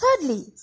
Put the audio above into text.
Thirdly